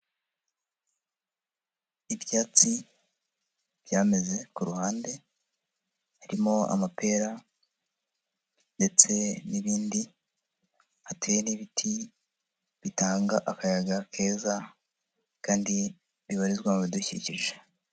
Ibyatsi byameze ku ruhande, harimo amapera ndetse n'ibindi, hateye n'ibiti bitanga akayaga keza kandi bibarizwa mu bidukikije.